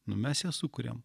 nu mes ją sukuriam